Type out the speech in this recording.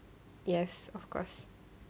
yes of course